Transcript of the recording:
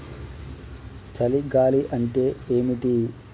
చలి గాలి అంటే ఏమిటి?